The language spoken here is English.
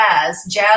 Jazz